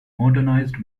modernised